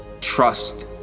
trust